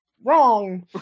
wrong